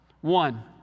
One